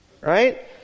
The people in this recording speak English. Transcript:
Right